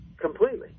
completely